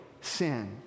sin